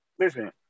Listen